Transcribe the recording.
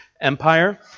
Empire